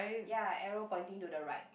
ya arrow pointing to the right